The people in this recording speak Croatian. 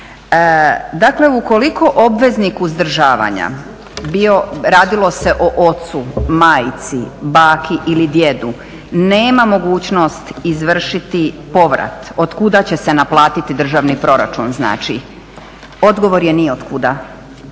Dakle, ukoliko obveznik uzdržavanja, bilo radilo se o ocu, majci, baki ili djedu nema mogućnost izvršiti povrat od kuda će se naplatiti državni proračun, odgovor je ni od kuda.